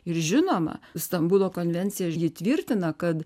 ir žinoma stambulo konvencija ji tvirtina kad